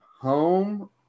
home